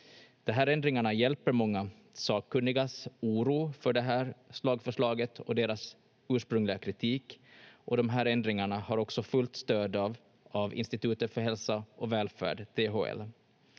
ändringarna hjälper många sakkunnigas oro, för det här lagförslaget och deras ursprungliga kritik och de här ändringarna har också fullt stöd av Institutet för hälsa och välfärd, THL.